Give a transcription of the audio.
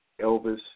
Elvis